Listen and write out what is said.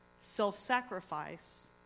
Self-sacrifice